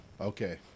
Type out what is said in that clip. Okay